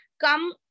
come